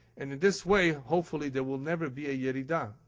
and in this way, hopefully, there will never be a yerida,